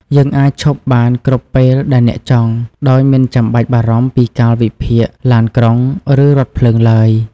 យើងអាច ឈប់បានគ្រប់ពេលដែលអ្នកចង់ ដោយមិនចាំបាច់បារម្ភពីកាលវិភាគឡានក្រុង ឬរថភ្លើងឡើយ។